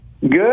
Good